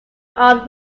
armed